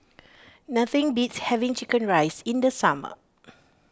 nothing beats having Chicken Rice in the summer